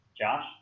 Josh